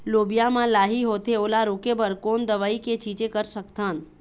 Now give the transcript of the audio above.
लोबिया मा लाही होथे ओला रोके बर कोन दवई के छीचें कर सकथन?